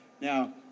Now